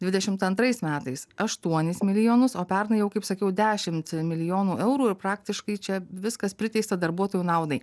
dvidešimt antrais metais aštuonis milijonus o pernai jau kaip sakiau dešimt milijonų eurų ir praktiškai čia viskas priteista darbuotojų naudai